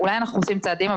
אולי אנחנו עושים צעדים,